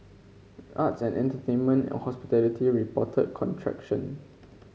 arts and entertainment and hospitality reported contraction